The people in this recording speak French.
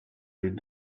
les